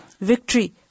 victory